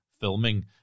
filming